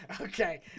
okay